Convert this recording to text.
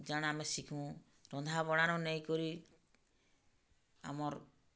ଜଣେ ଆମେ ଶିଖୁଁ ରନ୍ଧା ବଢ଼ାନ ନେଇକରି ଆମର୍